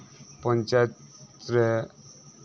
ᱯᱚᱧᱪᱟᱭᱮᱛ ᱨᱮ